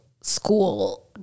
school